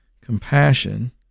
Compassion